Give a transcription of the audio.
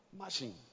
machine